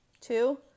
Two